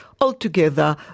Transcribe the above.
altogether